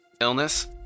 illness